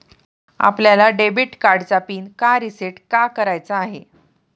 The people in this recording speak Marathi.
आपल्याला डेबिट कार्डचा पिन का रिसेट का करायचा आहे?